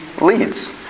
leads